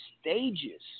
stages